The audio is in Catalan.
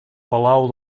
palau